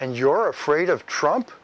and you're afraid of trump